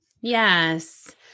Yes